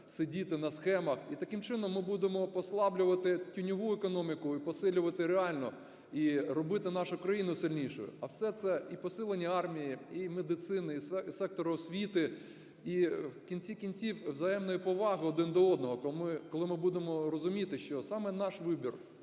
сидіти на схемах. І таким чином ми будемо послаблювати тіньову економіку і посилювати реальну, і робити нашу країну сильнішою. А все це, і посилення армії, і медицини, і сектору освіти, і в кінці-кінців взаємною повагою один до одного, коли ми будемо розуміти, що саме наш вибір, вибір